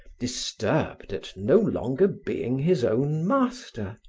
disturbed at no longer being his own master.